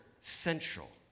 central